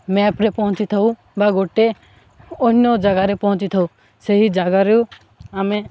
ମ୍ୟାପ୍ରେ ପହଞ୍ଚିଥାଉ ବା ଗୋଟେ ଅନ୍ୟ ଜାଗାରେ ପହଞ୍ଚିଥାଉ ସେହି ଜାଗାରୁ ଆମେ